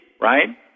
right